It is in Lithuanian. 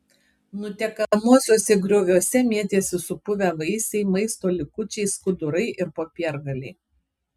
nutekamuosiuose grioviuose mėtėsi supuvę vaisiai maisto likučiai skudurai ir popiergaliai